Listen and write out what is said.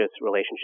relationship